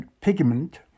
pigment